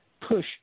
push